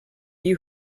you